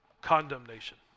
condemnation